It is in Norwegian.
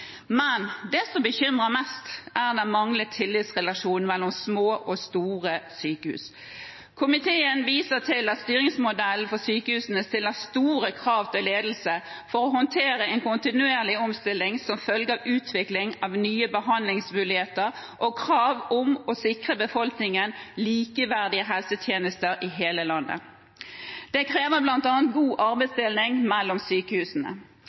Men det som bekymrer mest, er den manglende tillitsrelasjonen mellom små og store sykehus. Komiteen viser til at styringsmodellen for sykehusene stiller store krav til ledelse for å håndtere en kontinuerlig omstilling som følge av utvikling av nye behandlingsmuligheter og krav om å sikre befolkningen likeverdige helsetjenester i hele landet. Det krever bl.a. god arbeidsdeling mellom sykehusene.